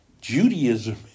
Judaism